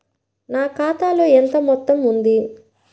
నా ఖాతాలో ఎంత మొత్తం ఉంది?